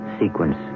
sequence